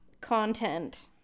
content